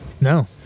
No